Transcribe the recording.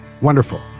Wonderful